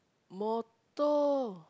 motto